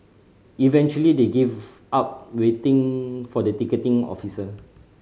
eventually they gave up waiting for the ticketing officer